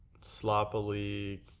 sloppily